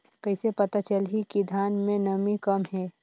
कइसे पता चलही कि धान मे नमी कम हे?